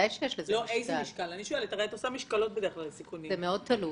זה מאוד תלוי.